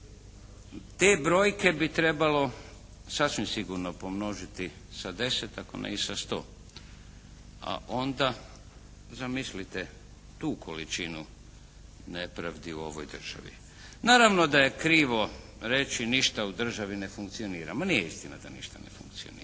Te brojke bi trebalo sasvim sigurno pomnožiti sa deset ako ne i sa sto, a onda zamislite tu količinu nepravdi u ovoj državi. Naravno da je krivo reći ništa u državni ne funkcionira. Ma nije istina da ništa ne funkcionira.